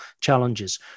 challenges